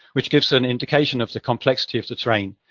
which gives an indication of the complexity of the terrain.